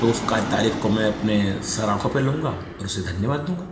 तो उसका तारीफ को मैं अपने सर आँखों पर लूँगा और उसे धन्यवाद दूँगा